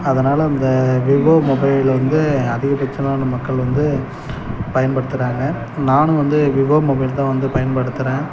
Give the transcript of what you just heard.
அதனால அந்த Vivo mobile வந்து அதிகபட்சமான மக்கள் வந்து பயன்படுத்துகிறாங்க நானும் வந்து விவோ மொபைல் தான் வந்து பயன்படுத்துகிறேன்